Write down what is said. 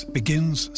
begins